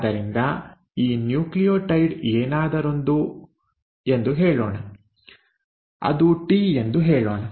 ಆದ್ದರಿಂದ ಈ ನ್ಯೂಕ್ಲಿಯೋಟೈಡ್ ಏನಾದರೊಂದು ಎಂದು ಹೇಳೋಣ ಅದು ಟಿ ಎಂದು ಹೇಳೋಣ